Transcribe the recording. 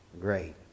great